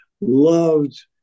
loved